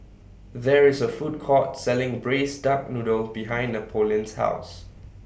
There IS A Food Court Selling Braised Duck Noodle behind Napoleon's House